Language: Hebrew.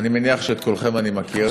אני מניח שאת כולכם אני מכיר,